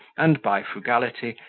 and, by frugality,